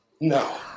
No